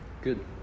Good